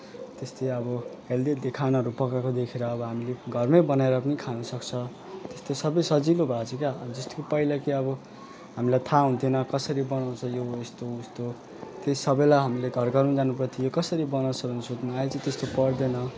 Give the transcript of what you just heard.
त्यस्तै अब healthy healthy खानाहरू पकाएको देखेर अब हामीले घरमै बनाएर पनि खान सक्छ त्यस्तो सबै सजिलो भएको छ क्या अब जस्तो कि पहिला कि अब हामीलाई थाहा हुन्थेन कसरी बनाउँछ यो यस्तो उस्तो त्यही सबैलाई हामी घर घरमा जानु पर्थ्यो कसरी बनाउँछ भनेर सोध्नु आहिले चाहिँ त्यस्तो पर्दैन